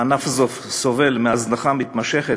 הענף סובל מהזנחה מתמשכת,